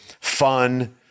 fun